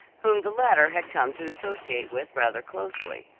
whom the latter had come to associate with rather closely.